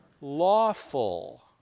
lawful